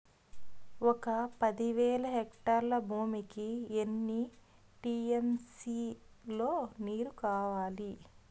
ఒక పది వేల హెక్టార్ల భూమికి ఎన్ని టీ.ఎం.సీ లో నీరు కావాలి?